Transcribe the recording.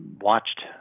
watched